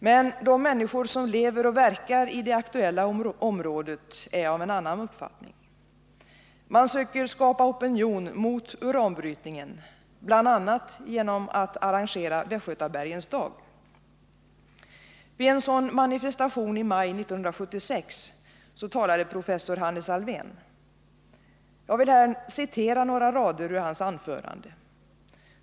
Men de människor som lever och verkar i det aktuella området är av en annan uppfattning. Man försöker skapa opinion mot uranbrytningen, bl.a. genom att arrangera Västgötabergens dag. Vid en sådan manifestation i maj 1976 talade professor Hannes Alfvén. Jag vill här citera några rader ur hans anförande.